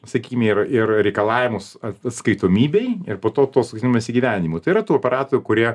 sakykime ir ir reikalavimus atskaitomybei ir po to toks vadinamas įgyvendinimu tai yra tų operatorių kurie